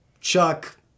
Chuck